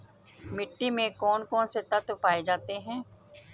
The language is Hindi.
मिट्टी में कौन कौन से तत्व पाए जाते हैं?